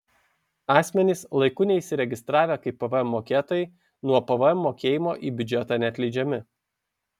asmenys laiku neįsiregistravę kaip pvm mokėtojai nuo pvm mokėjimo į biudžetą neatleidžiami